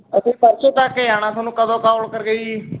ਅਸੀਂ ਪਰਸੋਂ ਤੱਕ ਜਾਣਾ ਤੁਹਾਨੂੰ ਕਦੋਂ ਕਾਲ ਕਰੀਏ ਜੀ